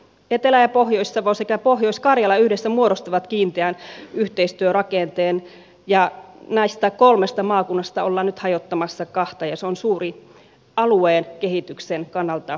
etelä ja pohjois savo sekä pohjois karjala yhdessä muodostavat kiinteän yhteistyörakenteen ja näistä kolmesta maakunnasta ollaan nyt hajottamassa kahta ja se on alueen kehityksen kannalta suuri epäkohta